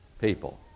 people